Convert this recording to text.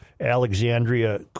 Alexandria